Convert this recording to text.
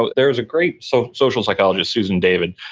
ah there's a great so social psychologist, susan david,